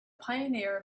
pioneer